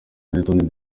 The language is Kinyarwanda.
n’utundi